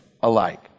alike